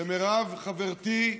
ומירב, חברתי,